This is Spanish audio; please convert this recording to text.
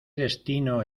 destino